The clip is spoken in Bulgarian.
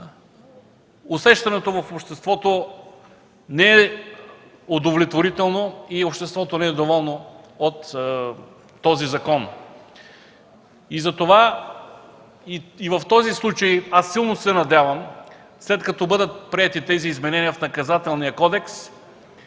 усещането в обществото не е удовлетворително и обществото не е доволно от този закон. В случая силно се надявам, след като бъдат приети измененията в Наказателния кодекс,